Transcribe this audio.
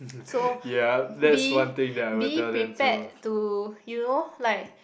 so be be prepared to you know like